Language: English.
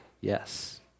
Yes